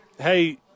hey